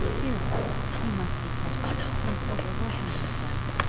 dear fellow he must be careful, he is overworking himself.